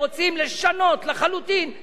אני לא רוצה לדבר על דברים טכניים.